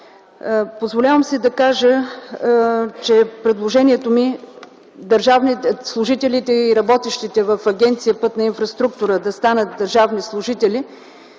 Позволявам си да кажа, че предложението ми служителите и работещите в Агенция „Пътна инфраструктура” да станат държавни служители